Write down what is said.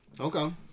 Okay